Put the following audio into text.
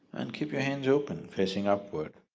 and keep your hands open, facing upward.